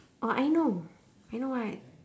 or I know I know what